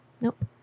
Nope